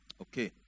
Okay